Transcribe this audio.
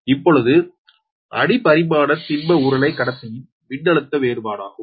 இப்பொழுது அணி பரிமாண திண்ம உருளை கடத்தியின் மின்னழுத்த வேறுபாடாகும்